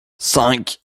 cinq